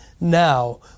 now